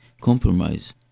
compromise